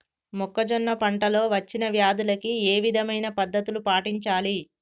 మొక్కజొన్న పంట లో వచ్చిన వ్యాధులకి ఏ విధమైన పద్ధతులు పాటించాలి?